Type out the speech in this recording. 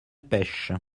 pêche